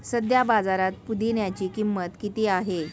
सध्या बाजारात पुदिन्याची किंमत किती आहे?